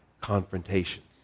confrontations